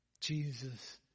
Jesus